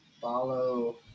follow